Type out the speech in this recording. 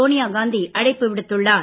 Sonia Gandhi அழைப்புவிடுத்துள்ளார்